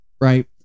right